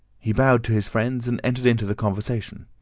he bowed to his friends, and entered into the conversation.